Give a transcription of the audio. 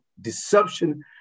deception